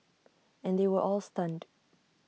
and they were all stunned